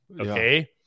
Okay